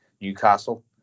Newcastle